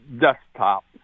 desktop